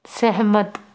ਸਹਿਮਤ